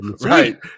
right